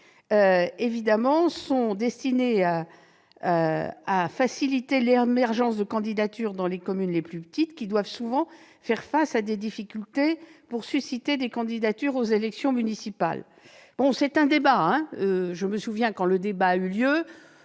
d'élection sont destinées à faciliter l'émergence de candidatures dans les communes les plus petites, qui doivent souvent faire face à des difficultés pour susciter des candidatures aux élections municipales. Je me souviens que, lorsque le débat a eu lieu